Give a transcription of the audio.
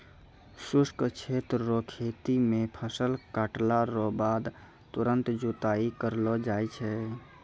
शुष्क क्षेत्र रो खेती मे फसल काटला रो बाद तुरंत जुताई करलो जाय छै